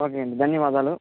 okay అండి ధన్యవాదాలు